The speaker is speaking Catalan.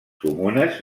comunes